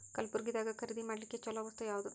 ಕಲಬುರ್ಗಿದಾಗ ಖರೀದಿ ಮಾಡ್ಲಿಕ್ಕಿ ಚಲೋ ವಸ್ತು ಯಾವಾದು?